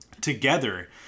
Together